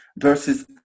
versus